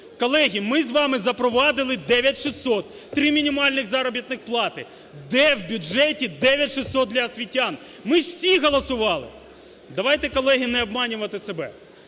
Колеги, ми з вами запровадили 9,600, три мінімальні заробітні плати. Де в бюджеті 9,600 для освітян? Ми ж всі голосували! Давайте, колеги, не обманювати себе.